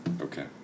Okay